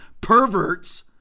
perverts